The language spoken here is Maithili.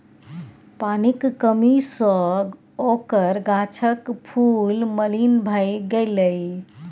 पानिक कमी सँ ओकर गाछक फूल मलिन भए गेलै